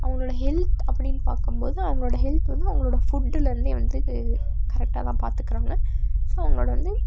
அவர்களோட ஹெல்த் அப்படின்னு பார்க்கும்போது அவர்களோட ஹெல்த் வந்து அவர்களோட ஃபுட்டில் இருந்தே வந்து கரெக்டாகதான் பார்த்துக்கறாங்க ஸோ அவர்களோட வந்து